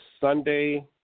Sunday